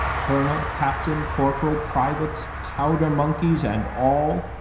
colonel, captain, corporal, privates, powder-monkeys, and all,